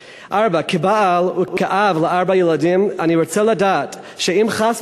4. כבעל וכאב לארבעה ילדים אני רוצה לדעת שאם חס